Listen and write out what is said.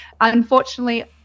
unfortunately